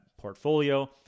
portfolio